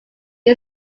can